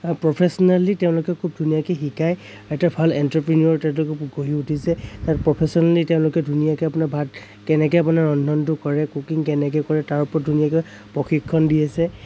professionally তেওঁলোকে খুব ধুনীয়াকে শিকায় এটা ভাল এণ্টাৰপ্ৰিনিউৰ এটা গঢ়ি উঠিছে আৰু প্ৰফেচনেলী তেওঁলোকে ধুনীয়াকৈ আপোনাৰ ভাত কেনেকৈ বনাই ৰন্ধনটো কৰে কুকিং কেনেকৈ কৰে তাৰ ওপৰত ধুনীয়াকে প্ৰশিক্ষণ দি আছে